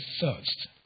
thirst